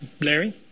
Larry